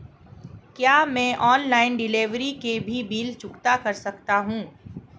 क्या मैं online delivery के भी बिल चुकता कर सकता हूँ?